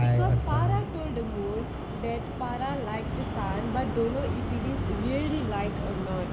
cause பாறா:paaraa told the moon that பாறா:paaraa liked the sun but don't know if it's really like or not